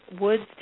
woods